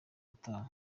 utaha